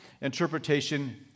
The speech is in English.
interpretation